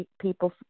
people